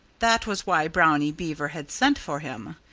that was why brownie beaver had sent for him,